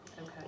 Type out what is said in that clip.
Okay